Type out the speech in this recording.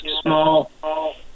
small